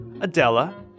Adela